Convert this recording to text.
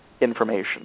information